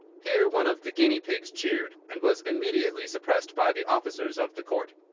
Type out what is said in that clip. here one of the guinea-pigs cheered, and was immediately suppressed by the officers of the court.